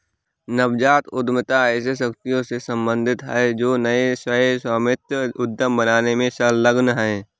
नवजात उद्यमिता ऐसे व्यक्तियों से सम्बंधित है जो नए सह स्वामित्व उद्यम बनाने में संलग्न हैं